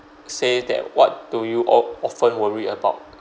say that what do you op~ often worry about